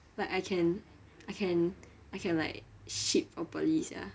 like I can I can I can like shit properly sia